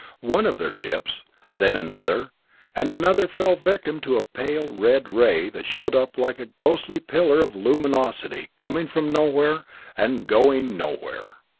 one of their ships then another and another fell victim to a pale red ray that showed up like a ghostly pillar of luminosity coming from nowhere and going nowhere!